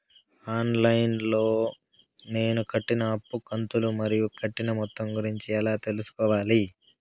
On line లో నేను కట్టిన అప్పు కంతులు మరియు కట్టిన మొత్తం గురించి ఎలా తెలుసుకోవాలి?